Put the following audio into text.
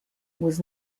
was